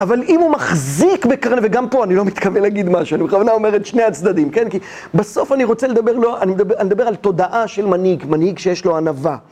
אבל אם הוא מחזיק וגם פה אני לא מתכוון להגיד משהו, אני בכוונה אומר את שני הצדדים, כי בסוף אני רוצה לדבר, אני מדבר על תודעה של מנהיג, מנהיג שיש לו ענבה.